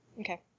Okay